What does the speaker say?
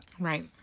Right